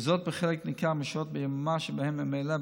וזאת בחלק ניכר משעות היממה שבהן ממילא,